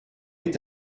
est